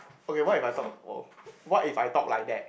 okay what if I talk !wow! what if I talk like that